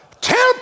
Temper